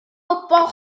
football